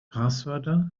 passwörter